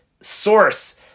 source